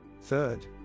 Third